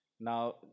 now